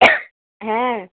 হ্যাঁ